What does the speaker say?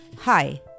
Hi